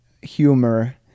humor